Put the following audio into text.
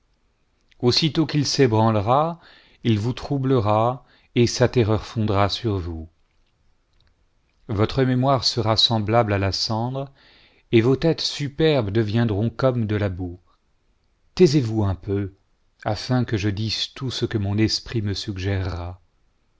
aussitôt qu'il s'ébranlera il vous troublera et sa terreur fondra sur vous votre mémoire sera semblable à la cendre et vos têtes superbes deviendront comme de la boue taisez-vous un peu afin que je dise tout ce que mon esprit me suggérera